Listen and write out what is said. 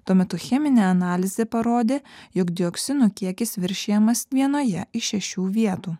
tuo metu cheminė analizė parodė jog dioksinų kiekis viršijamas vienoje iš šešių vietų